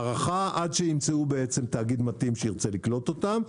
הארכה עד שימצאו בעצם תאגיד מתאים שירצה לקלוט אותם,